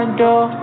door